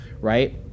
right